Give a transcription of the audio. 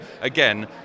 again